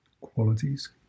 qualities